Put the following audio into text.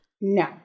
No